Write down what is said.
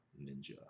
ninja